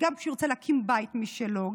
גם כשהוא ירצה להקים בית משלו,